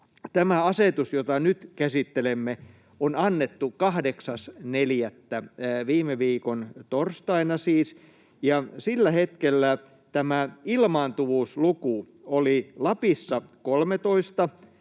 tämä asetus, jota nyt käsittelemme, on annettu 8.4., viime viikon torstaina siis, ja sillä hetkellä tämä ilmaantuvuusluku oli Lapissa 13,